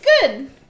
good